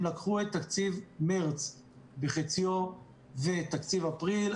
לקחו את תקציב מרץ בחציו ואת תקציב אפריל,